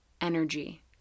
energy